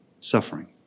suffering